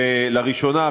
ולראשונה,